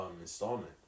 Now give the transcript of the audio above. installment